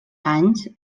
anys